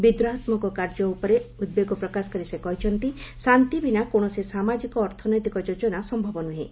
ବିଦ୍ରୋହାତ୍ମକ କାର୍ଯ୍ୟ ଉପରେ ଉଦ୍ବେଗ ପ୍ରକାଶ କରି ସେ କହିଛନ୍ତି ଶାନ୍ତି ବିନା କୌଣସି ସାମାଜିକ ଅର୍ଥନୈତିକ ଯୋଜନା ସମ୍ଭବ ନୁହେଁ